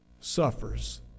suffers